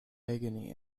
agony